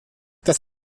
dass